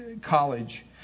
college